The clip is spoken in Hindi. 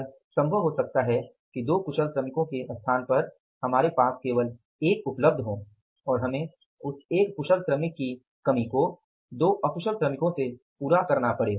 यह संभव हो सकता है कि 2 कुशल श्रमिकों के स्थान पर हमारे पास केवल 1 उपलब्ध हो और हमें उस एक कुशल श्रमिक की कमी को 2 अकुशल श्रमिकों से पूरा करना पड़े